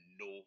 no